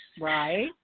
Right